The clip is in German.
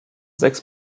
sechs